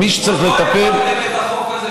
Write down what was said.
מי שצריך לטפל, החוק הזה,